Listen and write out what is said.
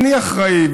אני אחראי,